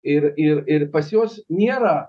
ir ir ir pas juos nėra